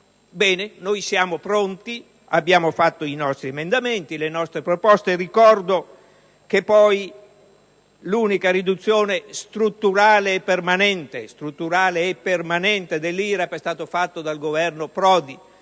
noi siamo pronti, abbiamo presentato i nostri emendamenti e le nostre proposte. Ricordo che poi l'unica riduzione strutturale e permanente dell'IRAP è stata fatta dal Governo Prodi,